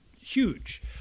huge